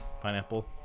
pineapple